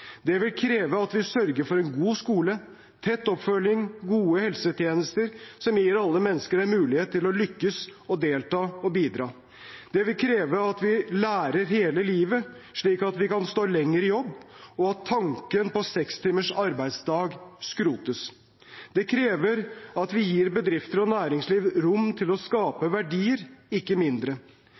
Det vil kreve at vi sørger for en god skole, tett oppfølging og gode helsetjenester som gir alle mennesker en mulighet til å lykkes, delta og bidra. Det vil kreve at vi lærer hele livet, slik at vi kan stå lenger i jobb, og at tanken på sekstimers arbeidsdag skrotes. Det krever at vi gir bedrifter og næringsliv større rom til å skape verdier, ikke mindre.